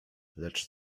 lecz